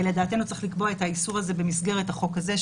לדעתנו צריך לקבוע את האיסור הזה במסגרת החוק הזה,